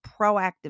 proactive